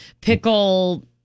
pickle